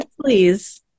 please